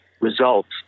results